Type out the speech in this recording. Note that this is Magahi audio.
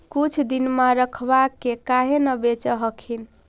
कुछ दिनमा रखबा के काहे न बेच हखिन?